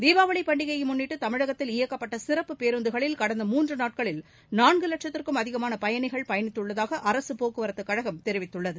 தீபாவளி பண்டிகையை முன்னிட்டு தமிழகத்தில் இயக்கப்பட்ட சிறப்பு பேருந்துகளில் கடந்த மூன்று நாட்களில் நான்கு லட்சத்துக்கும் அதிகமான பயனிகள் பயனித்துள்ளதாக அரசு போக்குவரத்து கழகம் தெரிவித்துள்ளது